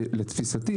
לתפיסתי,